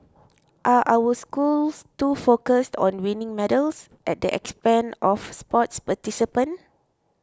are our schools too focused on winning medals at the expense of sports participation